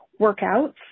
workouts